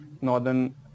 northern